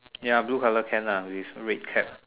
ya blue colour can lah with red cap